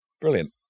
Brilliant